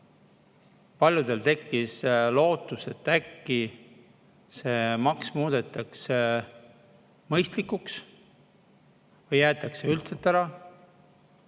Paljudel tekkis lootus, et äkki see maks muudetakse mõistlikuks või jäetakse üldse ära.